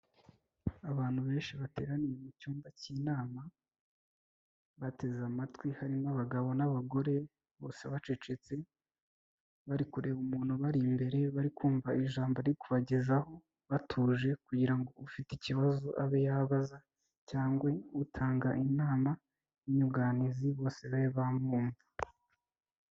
Abantu benshi bateraniye mu cyumba cy'inama, bateze amatwi harimo abagabo n'abagore bose bacecetse, bari kureba umuntu bari imbere, bari kumva ijambo ari kubagezaho batuje, kugira ngo ufite ikibazo abe yabazaza, cyangwe utanga inama y'inyunganizi bose babe bamwumva.